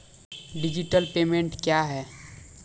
Digital payment क्या हैं?